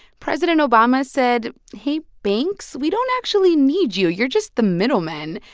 president obama said, hey, banks, we don't actually need you you're just the middlemen.